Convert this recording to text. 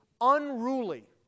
unruly